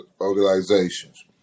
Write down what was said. organizations